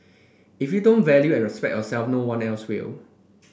if you don't value and respect yourself no one else will